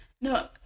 No